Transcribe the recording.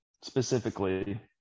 specifically